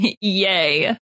Yay